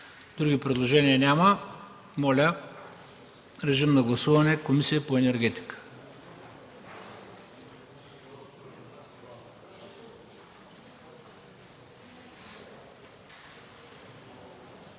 Други предложения няма. Моля да гласуваме Комисията по енергетика.